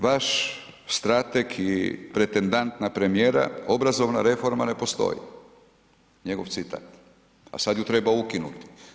Vaš strateg i pretendent na premijera, obrazovna reforma ne postoji njegov citat, a sada ju treba ukinuti.